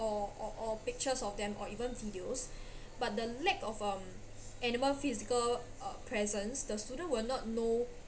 or or or pictures of them or even videos but the lack of a animal physical uh presence the student will not know